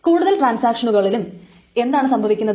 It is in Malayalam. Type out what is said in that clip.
കൂടുതൽ ട്രാന്സാക്ഷനുകളിലും എന്താണ് സംഭവിക്കുന്നത്